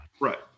Right